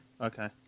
Okay